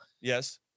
Yes